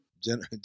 General